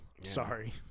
Sorry